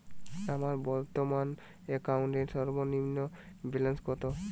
আমার বর্তমান অ্যাকাউন্টের সর্বনিম্ন ব্যালেন্স কত?